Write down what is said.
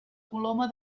coloma